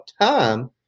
time